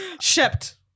Shipped